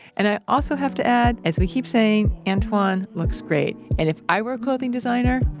and i also have to add, as we keep saying, antwan looks great, and if i were a clothing designer,